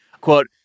Quote